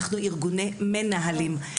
אנחנו ארגוני מנהלים.